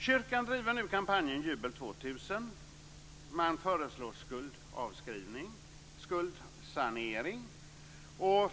Kyrkan driver nu kampanjen Jubel 2000. Man föreslår skuldavskrivning, skuldsanering.